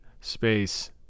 space